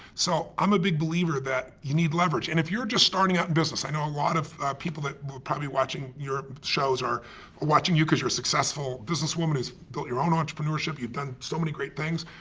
so i'm a big believer that you need leverage. and if you're just starting out in business, i know a lot of people that will probably be watching your shows are watching you because you're a successful businesswoman who's built your own entrepreneurship, you've done so many great things.